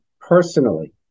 personally